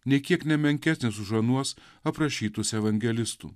nė kiek nemenkesnis už anuos aprašytus evangelistų